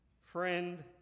Friend